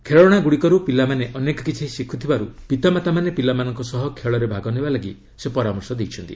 ଖେଳଶାଗୁଡ଼ିକୁରୁ ପିଲାମାନେ ଅନେକ କିଛି ଶିଖୁଥିବାରୁ ପିତାମାତାମାନେ ପିଲାମାନଙ୍କ ସହ ଖେଳରେ ଭାଗ ନେବାକୁ ସେ ପରାମର୍ଶ ଦେଇଛନ୍ତି